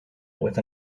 with